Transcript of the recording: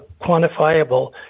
quantifiable